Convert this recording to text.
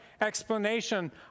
explanation